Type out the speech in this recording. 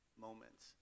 moments